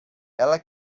ela